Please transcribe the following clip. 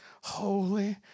holy